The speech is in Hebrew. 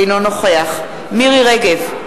אינו נוכח מירי רגב,